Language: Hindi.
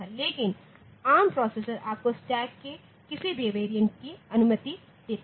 लेकिन आर्म प्रोसेसर आपको स्टैक के किसी भी वैरिएंट की अनुमति देता है